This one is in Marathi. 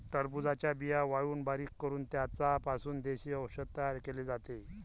टरबूजाच्या बिया वाळवून बारीक करून त्यांचा पासून देशी औषध तयार केले जाते